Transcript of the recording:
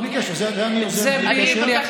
זה בלי קשר.